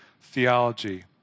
theology